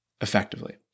effectively